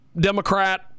Democrat